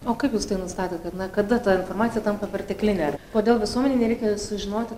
o kaip jis tai nustato kada kada ta informacija tampa perteklinė kodėl visuomenei reikia sužinoti